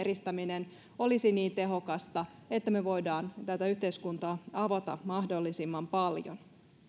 ja eristäminen olisi niin tehokasta että voidaan tätä yhteiskuntaa avata mahdollisimman paljon